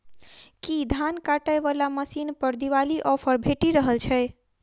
की धान काटय वला मशीन पर दिवाली ऑफर भेटि रहल छै?